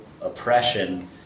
oppression